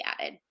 added